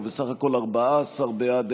ובסך הכול 14 בעד,